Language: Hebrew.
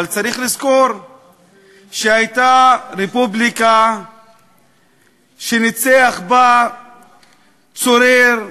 אבל צריך לזכור שהייתה רפובליקה שניצח בה צורר,